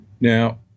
Now